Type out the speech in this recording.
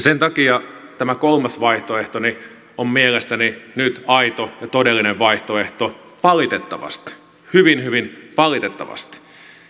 sen takia tämä kolmas vaihtoehtoni on mielestäni nyt aito ja todellinen vaihtoehto valitettavasti hyvin hyvin valitettavasti